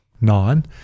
Nine